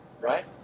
right